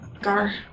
Gar